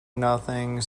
nothing